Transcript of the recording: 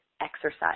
exercise